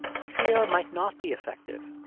fear might not be effective.